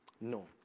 No